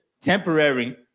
temporary